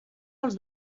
els